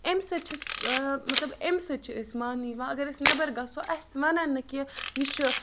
امہِ سۭتۍ چھِ مطلب امہِ سۭتۍ چھِ أسۍ ماننہٕ یِوان اگر أسۍ نٮ۪بَر گژھو اَسہِ وَنَن نہٕ کہِ یہِ چھُ